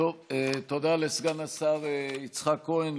תודה לסגן השר יצחק כהן.